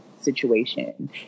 situation